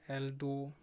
এল্ডু